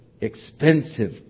expensive